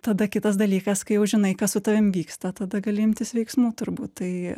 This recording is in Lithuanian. tada kitas dalykas kai jau žinai kas su tavim vyksta tada gali imtis veiksmų turbūt tai